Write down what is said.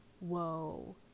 whoa